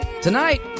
Tonight